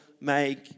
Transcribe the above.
make